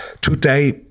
today